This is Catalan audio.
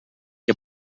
que